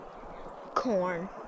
Corn